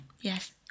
Yes